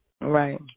right